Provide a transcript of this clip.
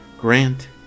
Grant